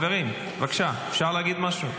בבקשה, אפשר להגיד משהו?